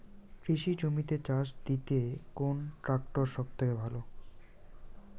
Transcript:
কৃষি জমিতে চাষ দিতে কোন ট্রাক্টর সবথেকে ভালো?